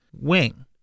wing